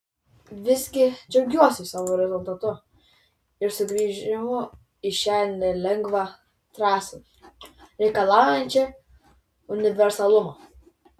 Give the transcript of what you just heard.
visgi džiaugiuosi savo rezultatu ir sugrįžimu į šią nelengvą trasą reikalaujančią universalumo